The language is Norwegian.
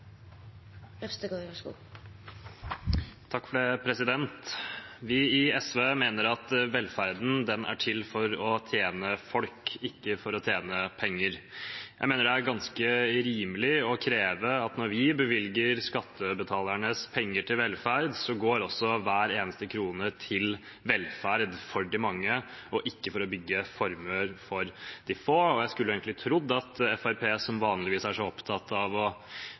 til for å tjene folk, ikke for å tjene penger. Jeg mener det er ganske rimelig å kreve at når vi bevilger skattebetalernes penger til velferd, går også hver eneste krone til velferd for de mange, og ikke til å bygge formuer for de få. Jeg skulle egentlig tro at Fremskrittspartiet, som vanligvis er så opptatt av å